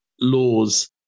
laws